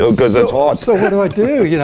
so cause it's hot. so what do i do, yeah